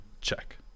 check